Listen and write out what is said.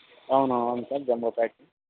అవునవును sir jumbo pack